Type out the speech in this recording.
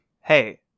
Hey